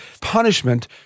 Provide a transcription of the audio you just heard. punishment